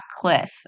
cliff